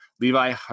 Levi